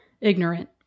ignorant